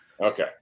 Okay